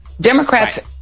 democrats